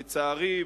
לצערי,